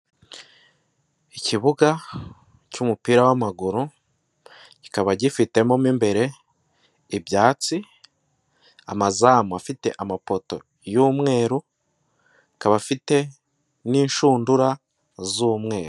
Ikibuga cy'umupira w'amaguru kikaba gifitemo imbere ibyatsi amazamu afite amapoto y'umweru akaba afite n'inshundura z'umweru.